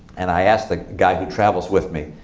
and i asked the guy who travels with me,